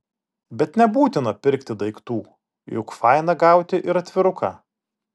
bet nebūtina pirkti daiktų juk faina gauti ir atviruką